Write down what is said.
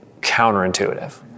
counterintuitive